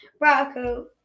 Rocco